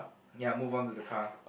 ya move on to the car